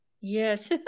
Yes